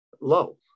low